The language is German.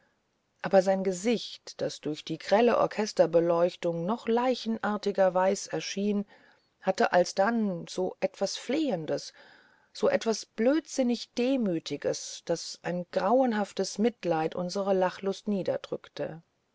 aber sein gesicht das durch die grelle orchesterbeleuchtung noch leichenartig weißer erschien hatte alsdann so etwas flehendes so etwas blödsinnig demütiges daß ein grauenhaftes mitleid unsere lachlust niederdrückte